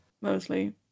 mostly